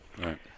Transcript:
Right